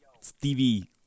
Stevie